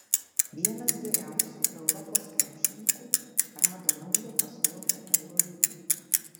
vienas geriausių europos krepšininkų rado naują pastogę eurolygoje